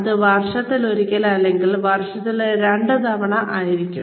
അത് വർഷത്തിലൊരിക്കൽ അല്ലെങ്കിൽ വർഷത്തിൽ രണ്ടുതവണ ആയിരിക്കാം